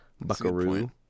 Buckaroo